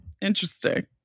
Interesting